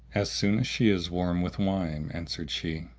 as soon as she is warm with wine, answered she,